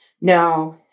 No